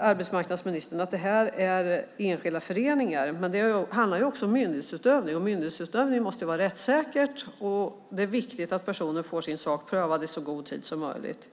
arbetsmarknadsministern att det här är enskilda föreningar. Men det handlar också om myndighetsutövning. Myndighetsutövning måste vara rättssäkert. Det är viktigt att personer får sin sak prövad i så god tid som möjligt.